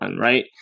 right